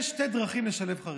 יש שתי דרכים לשלב חרדים: